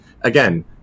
again